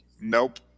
nope